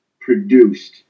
produced